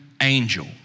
angel